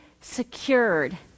secured